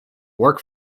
work